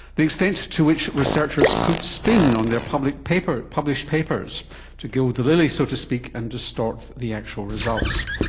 the extent to which researchers put spin on their published papers published papers to gild the lily, so to speak, and distort the actual results.